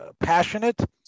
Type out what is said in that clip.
passionate